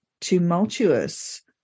tumultuous